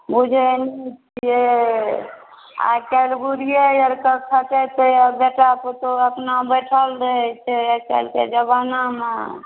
बुझै नहि छिए आइकाल्हि बुढ़िए आओरके खटेतै छै बेटा पुतौह अपना बैठल रहै छै आइकाल्हिके जमानामे